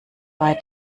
bei